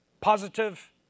positive